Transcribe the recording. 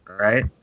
Right